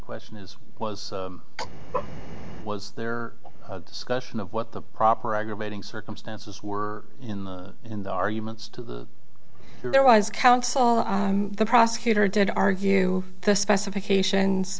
question is was was there a discussion of what the proper aggravating circumstances were in the in the arguments to the their wise counsel the prosecutor did argue the specifications